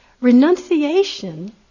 Renunciation